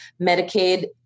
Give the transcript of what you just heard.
Medicaid